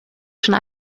schon